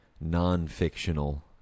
non-fictional